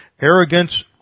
arrogance